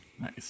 nice